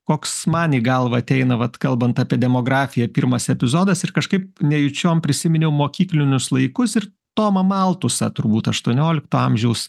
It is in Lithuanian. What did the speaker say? koks man į galvą ateina vat kalbant apie demografiją pirmas epizodas ir kažkaip nejučiom prisiminiau mokyklinius laikus ir tomą maltusą turbūt aštuoniolikto amžiaus